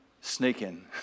sneaking